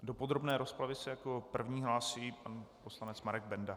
Do podrobné rozpravy se jako první hlásí pan poslanec Marek Benda.